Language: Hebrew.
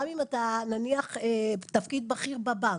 גם אם אתה בתפקיד בכיר בבנק,